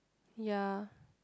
yea